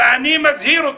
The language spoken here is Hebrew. ואני מזהיר אתכם,